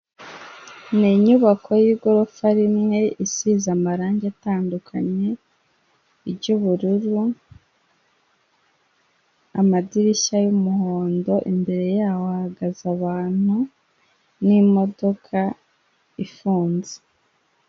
Ni inyubako y'igorofa rinini, isize amarangi atandukanye iry'ubururu, amadirishya y'umuhondo, imbere hahagaze abantu n'imodoka ifunze.